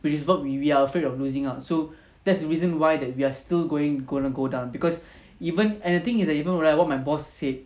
which is what we are afraid of losing ah so that's the reason why that we are still going going to go down because even and the thing is even right what my boss said